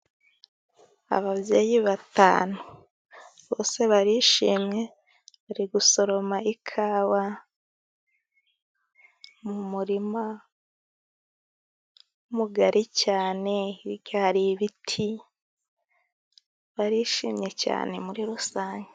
Ababyeyi batanu bose barishimye, bari gusoroma ikawa mu murima mugari cyane. Hirya hari ibiti, barishimye cyane muri rusange.